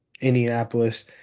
Indianapolis